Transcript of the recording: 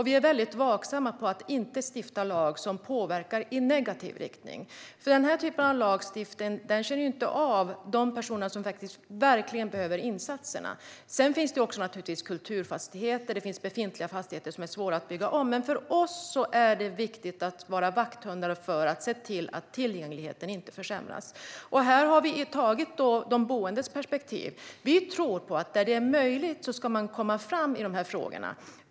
Vi är väldigt vaksamma så att man inte stiftar lag som påverkar detta i negativ riktning. Denna typ av lagstiftning känner inte av de personer som verkligen behöver insatser. Sedan finns det naturligtvis också kulturfastigheter och befintliga fastigheter som är svåra att bygga om, men för oss är det viktigt att vara vakthundar för att tillgängligheten inte ska försämras. Här vi tagit de boendes perspektiv. Där det är möjligt ska man komma fram i de här frågorna.